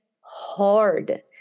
hard